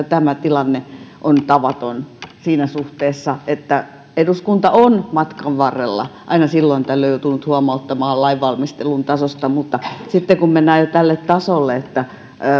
tämä tilanne on tavaton siinä suhteessa että eduskunta on matkan varrella aina silloin tällöin joutunut huomauttamaan lainvalmistelun tasosta mutta sitten kun mennään jo tälle tasolle että